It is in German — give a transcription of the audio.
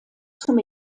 zum